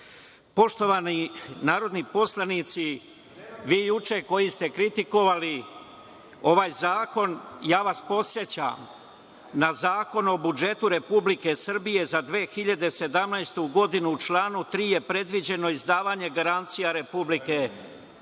treće. Poštovani narodni poslanici, vi juče koji ste kritikovali ovaj zakon, podsećam vas na Zakon o budžetu Republike Srbije za 2017. godinu: „U članu 3. je predviđeno izdavanje garancija Republike Srbije